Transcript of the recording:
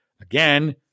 again